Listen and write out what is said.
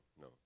no